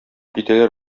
китәләр